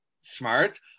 smart